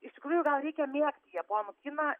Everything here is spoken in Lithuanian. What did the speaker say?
iš tikrųjų gal reikia mėgti japonų kiną